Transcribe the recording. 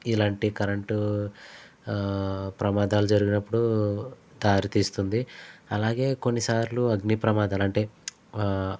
ఇలాంటి కరెంట్ ప్రమాదాలు జరిగినప్పుడు దారితీస్తుంది అలాగే కొన్నిసార్లు అగ్ని ప్రమాదాలు అంటే